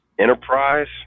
enterprise